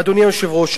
אדוני היושב-ראש,